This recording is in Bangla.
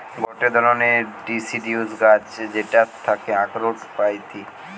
গটে ধরণের ডিসিডিউস গাছ যেটার থাকি আখরোট পাইটি